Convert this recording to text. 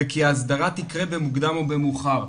וכי ההסדרה תקרה במוקדם או במאוחר.